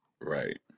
right